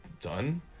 done